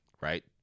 right